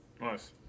Nice